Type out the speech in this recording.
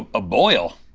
a boil.